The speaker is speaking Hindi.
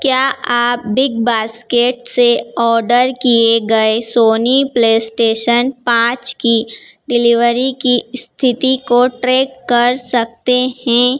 क्या आप बिग बास्केट से ऑर्डर किए गए सोनी प्लेस्टेशन पाँच की डिलीवरी की इस्थिति को ट्रैक कर सकते हैं